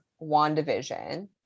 WandaVision